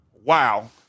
wow